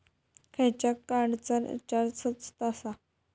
खयच्या कार्डचा रिचार्ज स्वस्त आसा?